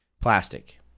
plastic